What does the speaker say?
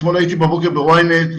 אתמול בבוקר ב-ynet,